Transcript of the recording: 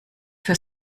für